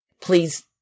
please